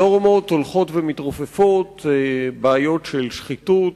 הנורמות הולכות ומתרופפות, בעיות של שחיתות,